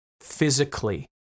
physically